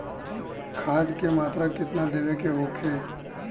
खाध के मात्रा केतना देवे के होखे?